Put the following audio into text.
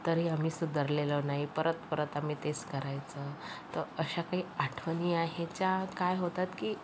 तरी आम्ही सुधारलेलो नाही परत परत आम्ही तेच करायचं तर अशा काही आठवणी आहेत ज्या काय होतात की